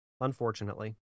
unfortunately